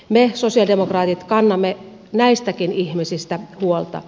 me sosialidemokraatit kannamme näistäkin ihmisistä huolta